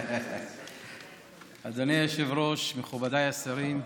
אדוני היושב-ראש, מכובדיי השרים,